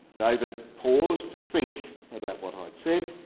david paused to think about what i'd said,